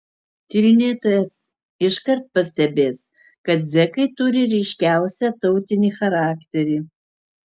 tyrinėtojas iškart pastebės kad zekai turi ryškiausią tautinį charakterį